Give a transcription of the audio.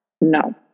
no